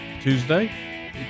Tuesday